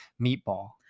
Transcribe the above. meatball